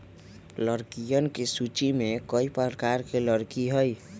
लकड़ियन के सूची में कई प्रकार के लकड़ी हई